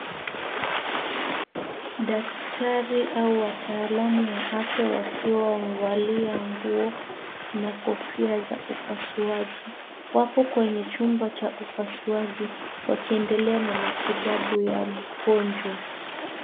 Daktari au wataalamu wa afya wakiwa wamevalia nguo na kofia za upasuaji. Wapo kwenye chumba cha upasuaji wakiendelea na matibabu ya mgonjwa.